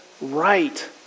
right